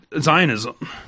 Zionism